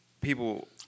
people